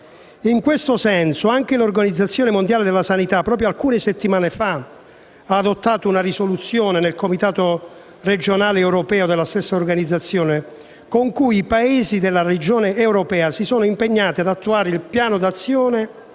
In questo senso, anche l'Organizzazione mondiale della sanità, proprio alcune settimane fa, ha adottato una risoluzione, all'interno del Comitato regionale europeo della stessa Organizzazione, con cui i Paesi della regione europea si sono impegnati ad attuare il Piano d'azione